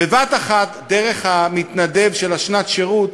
בבת-אחת, דרך המתנדב של שנת השירות,